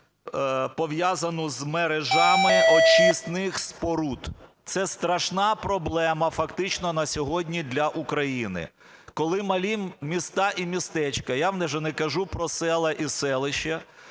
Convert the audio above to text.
пов'язану з мережами очисних споруд. Це страшна проблема фактично на сьогодні для України, коли малі міста і містечка, я вже не кажу про села і селища,